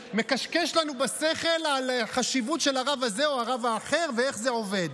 ומקשקש לנו בשכל על החשיבות של הרב הזה או הרב האחר ואיך זה עובד.